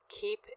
Keep